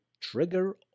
trigger